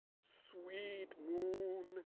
sweet moon,